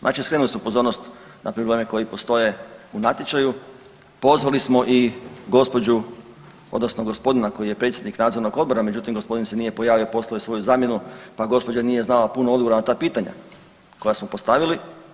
Znači skrenuli smo pozornost na probleme koji postoje u natječaju, pozvali smo i gospođu odnosno gospodina koji je predsjednik nadzornog odbora međutim gospodin se nije pojavio, poslao je svoju zamjenu pa gospođa nije znala puno odgovora na ta pitanja koja smo postavili.